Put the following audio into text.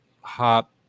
hop